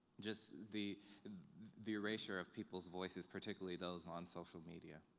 just the the erasure of people's voices, particularly those on social media.